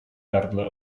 gardle